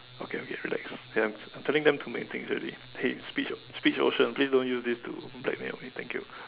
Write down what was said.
okay okay relax I am I am telling them too many things already hey speechoce~ speech ocean please don't use this to blackmail me thank you